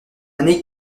année